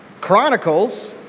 Chronicles